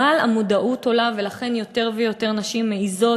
אבל המודעות עולה ולכן יותר ויותר נשים מעזות